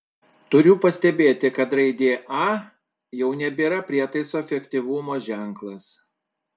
turiu pastebėti kad raidė a jau nebėra prietaiso efektyvumo ženklas